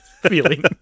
feeling